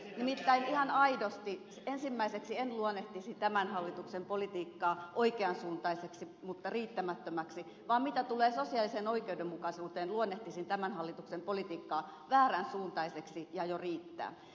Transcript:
nimittäin ihan aidosti en ensimmäiseksi luonnehtisi tämän hallituksen politiikkaa oikean suuntaiseksi mutta riittämättömäksi vaan mitä tulee sosiaaliseen oikeudenmukaisuuteen luonnehtisin tämän hallituksen politiikkaa väärän suuntaiseksi ja jo riittää